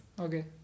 Okay